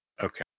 Okay